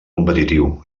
competitiu